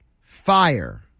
fire